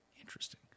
Interesting